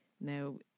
now